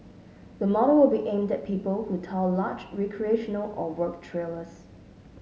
the model will be aimed at people who tow large recreational or work trailers